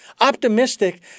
optimistic